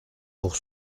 pour